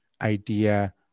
idea